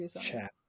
chat